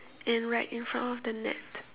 and right in front of the net